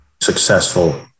successful